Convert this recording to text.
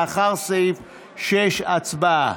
לאחר סעיף 6. הצבעה.